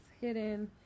hidden